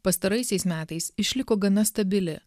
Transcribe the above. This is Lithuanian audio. pastaraisiais metais išliko gana stabili